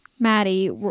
maddie